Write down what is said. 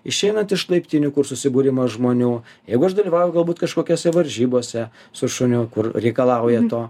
išeinant iš laiptinių kur susibūrimas žmonių jeigu aš dalyvauju galbūt kažkokiose varžybose su šuniu kur reikalauja to